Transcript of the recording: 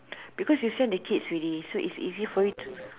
because you send the kids already so it's easy for you to